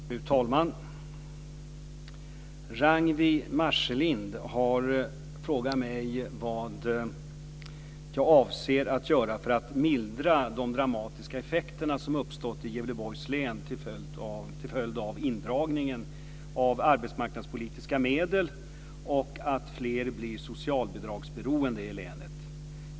Fru talman! Ragnwi Marcelind har frågat mig vad jag avser att göra för att mildra de dramatiska effekter som uppstått i Gävleborgs län till följd av indragningen av arbetsmarknadspolitiska medel och att fler blir socialbidragsberoende i länet.